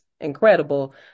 incredible